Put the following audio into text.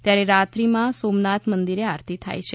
ત્યારે રાત્રીમાં સોમનાથ મંદિરે આરતી થાય છે